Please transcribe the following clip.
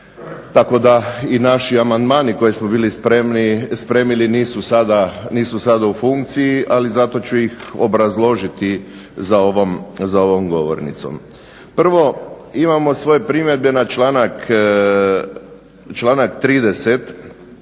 tako da i naši amandmani koje smo bili spremili nisu sada u funkciji ali zato ću ih obrazložiti za ovom govornicom. Prvo, imamo svoje primjedbe na članak 30.